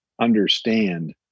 understand